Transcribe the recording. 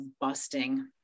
busting